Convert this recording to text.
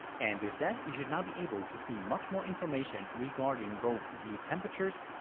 and with that you should now be able to see much more information regarding both the temperatures,